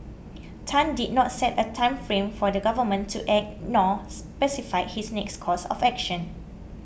Tan did not set a time frame for the government to act nor specified his next course of action